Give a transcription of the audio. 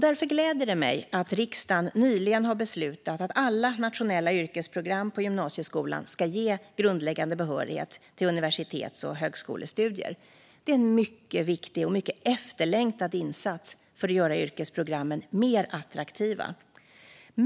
Därför gläder det mig att riksdagen nyligen har beslutat att alla nationella yrkesprogram på gymnasieskolan ska ge grundläggande behörighet till universitets och högskolestudier. Detta är en mycket viktig och mycket efterlängtad insats för att göra yrkesprogrammen mer attraktiva.